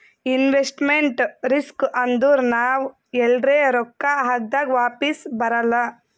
investment risk ಅಂದುರ್ ನಾವ್ ಎಲ್ರೆ ರೊಕ್ಕಾ ಹಾಕ್ದಾಗ್ ವಾಪಿಸ್ ಬರಲ್ಲ